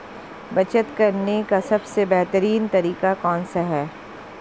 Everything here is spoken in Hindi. बचत करने का सबसे बेहतरीन तरीका कौन सा है?